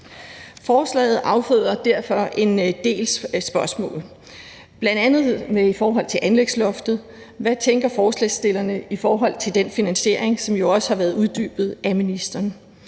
Forslaget afføder derfor en del spørgsmål, bl.a. i forhold til anlægsloftet. Hvad tænker forslagsstillerne i forhold til den finansiering, som jo også har været uddybet af ministeren?